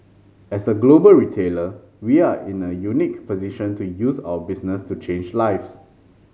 as a global retailer we are in a unique position to use our business to change lives